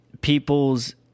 people's